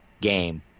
game